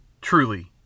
Truly